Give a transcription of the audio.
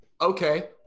Okay